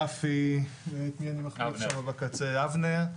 רפי, אבנר,